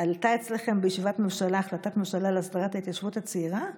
עלתה אצלכם בישיבת ממשלה החלטת ממשלה להסדרת ההתיישבות הצעירה?